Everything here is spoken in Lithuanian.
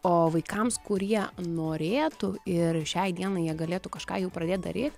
o vaikams kurie norėtų ir šiai dienai jie galėtų kažką jau pradėt daryt